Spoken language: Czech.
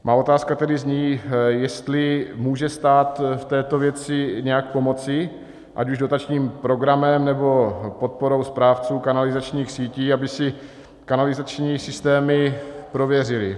Má otázka tedy zní, jestli může stát v této věci nějak pomoci, ať už dotačním programem, nebo podporou správců kanalizačních sítí, aby si kanalizační systémy prověřili.